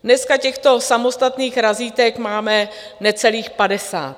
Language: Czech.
Dneska těchto samostatných razítek máme necelých padesát.